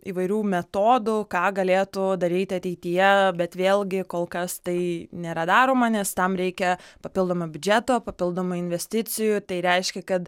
įvairių metodų ką galėtų daryti ateityje bet vėlgi kol kas tai nėra daroma nes tam reikia papildomo biudžeto papildomų investicijų tai reiškia kad